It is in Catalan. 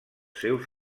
seus